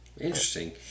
Interesting